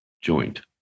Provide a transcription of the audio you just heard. joint